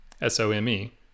s-o-m-e